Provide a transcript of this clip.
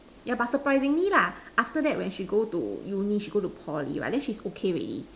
yeah but surprisingly lah after that when she go to uni she go to Poly right then she's okay already